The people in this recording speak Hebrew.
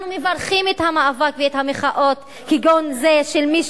אנחנו מברכים את המאבק ואת המחאות כגון אלה של מי,